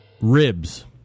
Ribs